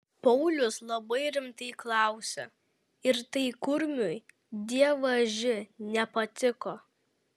paulius labai rimtai klausė ir tai kurmiui dievaži nepatiko